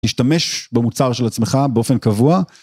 להשתמש, במוצר של עצמך, באופן קבוע,